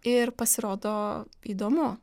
ir pasirodo įdomu